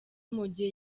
mugihe